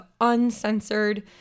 uncensored